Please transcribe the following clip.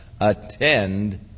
attend